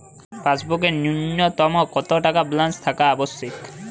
পাসবুকে ন্যুনতম কত টাকা ব্যালেন্স থাকা আবশ্যিক?